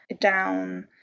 down